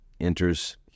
enters